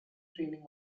training